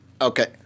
okay